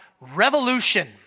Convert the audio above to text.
Revolution